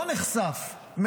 לא נחשף,